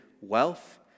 wealth